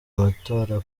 amatora